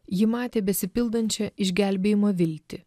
ji matė besipildančią išgelbėjimo viltį